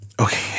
Okay